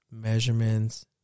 measurements